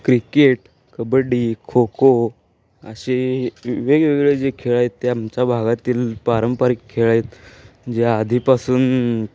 cricket kabaddi kho kho असे वेगवेगळे जे खेळ आहेत ते आमच्या भागातील पारंपरिक खेळ आहेत जे आधीपासून